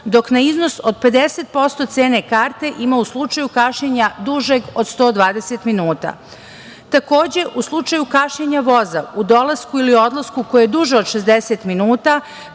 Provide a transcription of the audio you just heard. dok na iznos od 50% cene karte ima u slučaju kašnjenja, dužeg od 120 minuta. Takođe u slučaju kašnjenja voza u dolasku ili u odlasku, koje je duže od 60 minuta,